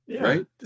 Right